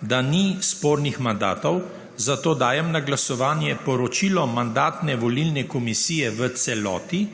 da ni spornih mandatov, zato dajem na glasovanje poročilo Mandatno-volilne komisije v celoti,